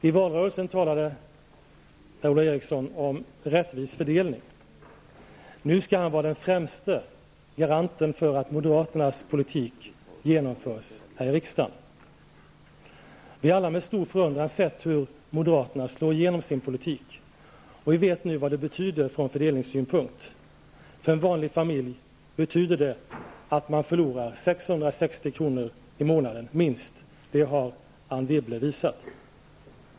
I valrörelsen talade Per-Ola Eriksson om rättvis fördelning. Nu skall han vara den främste garanten för att moderaternas politik genomförs här i riksdagen. Vi har alla med stor förundran sett hur moderaterna slår igenom sin politik, och vi vet nu vad det betyder från fördelningssynpunkt. För en vanlig familj betyder det att man förlorar minst 660 kr. i månaden -- det har Anne Wibble visat.